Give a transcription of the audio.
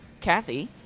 Kathy